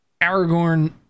Aragorn